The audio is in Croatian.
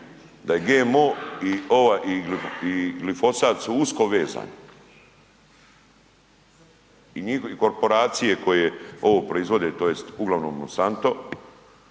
da je GMO i glifosat su usko vezani i korporacije koje ovo proizvode tj. uglavnom Monsanto